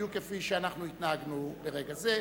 בדיוק כפי שהתנהגנו ברגע זה.